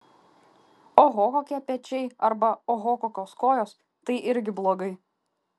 oho kokie pečiai arba oho kokios kojos tai irgi blogai